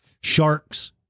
Sharks